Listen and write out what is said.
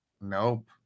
Nope